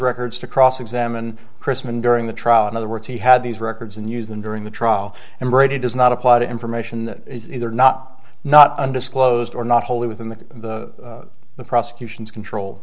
records to cross examine chrisman during the trial in other words he had these records and used them during the trial and brady does not apply to information that are not not undisclosed or not wholly within the the prosecution's control